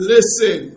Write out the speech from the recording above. Listen